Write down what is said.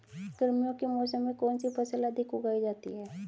गर्मियों के मौसम में कौन सी फसल अधिक उगाई जाती है?